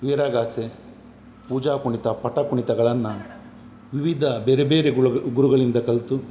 ವೀರಗಾಸೆ ಪೂಜಾ ಕುಣಿತ ಪಟ ಕುಣಿತಗಳನ್ನು ವಿವಿಧ ಬೇರೆ ಬೇರೆ ಗುಲು ಗುರುಗಳಿಂದ ಕಲಿತು